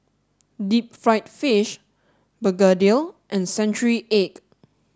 deep fried fish Begedil and century egg